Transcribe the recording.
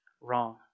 wrong